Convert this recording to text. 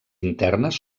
internes